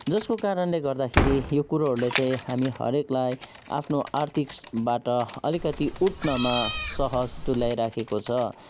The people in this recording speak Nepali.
जसको कारणले गर्दाखेरि यो कुरोहरूले चाहिँ हामी हरेकलाई आफ्नो आर्थिकबाट अलिकति उठ्नमा सहज तुल्याइरहेको छ